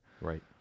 Right